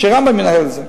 ש"רמב"ם" ינהל את זה.